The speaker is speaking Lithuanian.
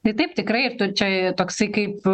tai taip tikrai ir tu čia toksai kaip